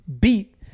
beat